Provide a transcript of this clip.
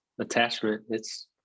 attachment—it's